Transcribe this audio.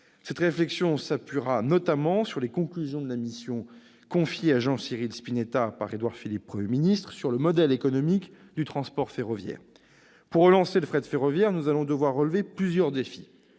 Cette réflexion s'appuiera notamment sur les conclusions de la mission confiée à Jean-Cyril Spinetta par Édouard Philippe, Premier ministre, sur le modèle économique du transport ferroviaire. Pour relancer le fret ferroviaire, nous allons devoir relever plusieurs défis,